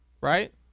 right